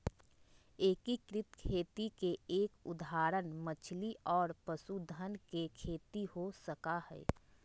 एकीकृत खेती के एक उदाहरण मछली और पशुधन के खेती हो सका हई